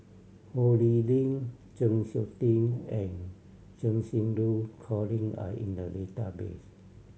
Ho Lee Ling Chng Seok Tin and Cheng Xinru Colin are in the database